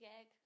egg